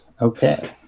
Okay